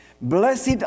Blessed